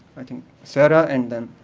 i think sarah, and then